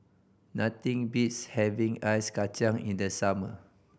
nothing beats having Ice Kachang in the summer